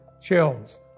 chills